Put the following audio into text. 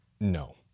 no